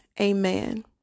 Amen